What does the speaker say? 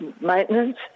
maintenance